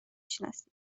شناسی